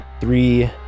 three